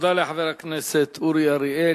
תודה לחבר הכנסת אורי אריאל.